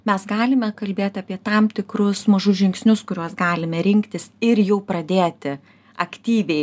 mes galime kalbėti apie tam tikrus mažus žingsnius kuriuos galime rinktis ir jau pradėti aktyviai